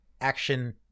action